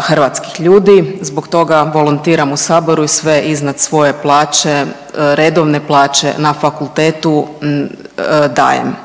hrvatskih ljudi, zbog toga volontiram u Saboru i sve iznad svoje plaće, redovne plaće na fakultetu dajem.